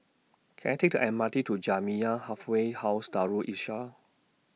Can I Take The M R T to Jamiyah Halfway House Darul Islah